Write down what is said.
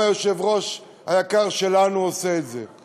גם היושב-ראש היקר שלנו עושה את זה.